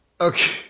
Okay